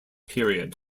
period